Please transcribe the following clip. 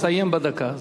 תסיים בדקה הזאת.